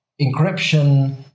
encryption